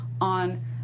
on